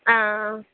ആ ആ